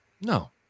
No